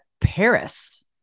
Paris